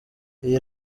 iyi